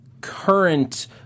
current